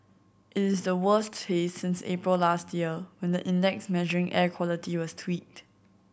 it is the worst haze since April last year when the index measuring air quality was tweaked